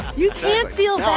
you can't feel